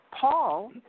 Paul